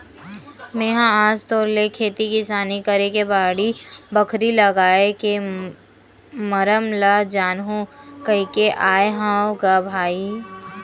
मेहा आज तोर ले खेती किसानी करे के बाड़ी, बखरी लागए के मरम ल जानहूँ कहिके आय हँव ग भाई